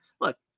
look